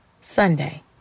Sunday